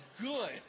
good